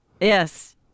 Yes